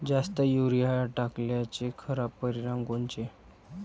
जास्त युरीया टाकल्याचे खराब परिनाम कोनचे?